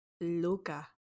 Luca